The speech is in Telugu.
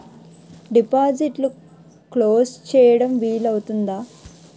డిపాజిట్లు క్లోజ్ చేయడం వీలు అవుతుందా?